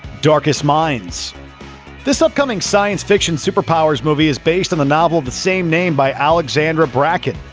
darkest minds this upcoming science fiction superpowers movie is based on the novel of the same name by alexandra bracken.